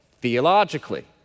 theologically